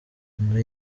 muri